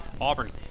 Auburn